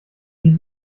die